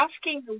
asking